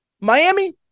Miami